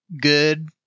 good